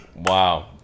Wow